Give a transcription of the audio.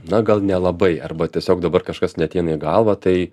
na gal nelabai arba tiesiog dabar kažkas neateina į galvą tai